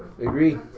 agree